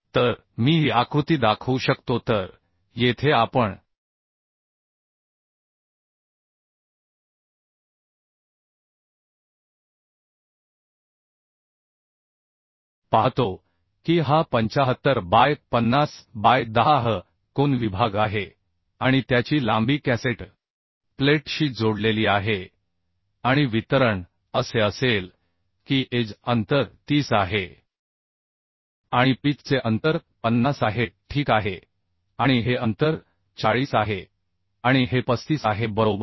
तर मी ही आकृती दाखवू शकतो तर येथे आपण पाहतो की हा 75 बाय 50 बाय 10 आह कोन विभाग आहे आणि त्याची लांबी कॅसेट प्लेटशी जोडलेली आहे आणि वितरण असे असेल की एज अंतर 30 आहे आणि पिच चे अंतर 50 आहे ठीक आहे आणि हे अंतर 40 आहे आणि हे 35 आहे बरोबर